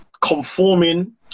conforming